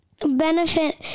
benefit